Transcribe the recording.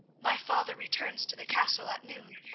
my father returns to the castle at noon,